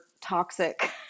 toxic